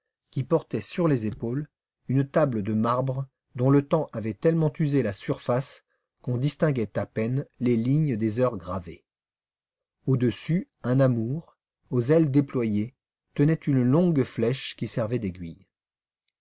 qui portait sur les épaules une table de marbre dont le temps avait tellement usé la surface qu'on distinguait à peine les lignes des heures gravées au-dessus un amour aux ailes déployées tenait une longue flèche qui servait d'aiguille